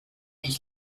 ich